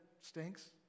stinks